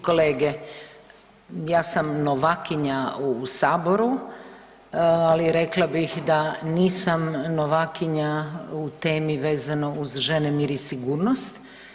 i kolege, ja sam novakinja u saboru, ali rekla bi da nisam novakinja u temi vezano uz žene, mir i sigurnost.